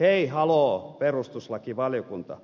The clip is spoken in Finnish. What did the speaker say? hei haloo perustuslakivaliokunta